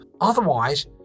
Otherwise